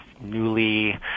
newly –